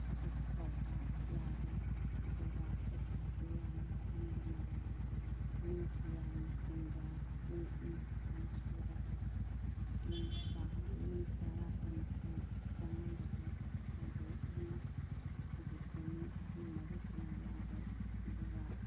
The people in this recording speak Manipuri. ꯊꯕꯛ ꯇꯧꯕ ꯌꯥꯔꯦ ꯑꯗꯨꯒ ꯄꯩꯁꯥꯁꯨ ꯌꯥꯝꯅ ꯆꯪꯗꯅ ꯃꯤꯁꯨ ꯌꯥꯝꯅ ꯇꯤꯡꯗꯅ ꯃꯤ ꯑꯅꯤ ꯈꯛꯇꯪ ꯁꯨꯔꯒ ꯃꯤ ꯃꯤ ꯇꯔꯥ ꯀꯨꯟ ꯆꯪꯉꯝꯕꯗꯣ ꯉꯁꯥꯏꯒꯤ ꯃꯤ ꯍꯧꯖꯤꯛꯇꯤ ꯃꯤ ꯑꯍꯨꯝ ꯃꯔꯤꯇꯅ ꯌꯥꯔꯦ ꯑꯗꯨꯒ